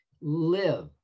Live